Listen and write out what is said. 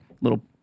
little